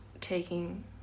taking